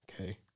Okay